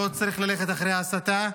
לא צריך ללכת אחרי הסתה.